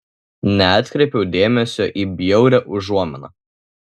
neatkreipiau dėmesio į bjaurią užuominą